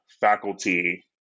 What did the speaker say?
faculty